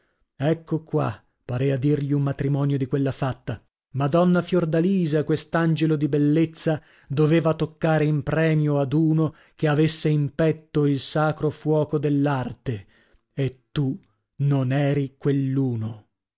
dappocaggine ecco qua parea dirgli un matrimonio di quella fatta madonna fiordalisa quest'angelo di bellezza doveva toccare in premio ad uno che avesse in petto il sacro fuoco dell'arte e tu non eri quell'uno